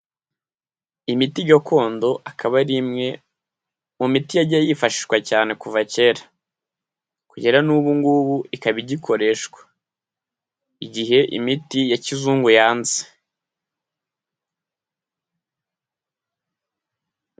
Imiti gakondo ikaba ari imwe mu miti yagiye yifashishwa cyane kuva kera, kugera n'ubu ngubu ikaba igikoreshwa, igihe imiti ya kizungu yanze.